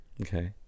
Okay